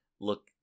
look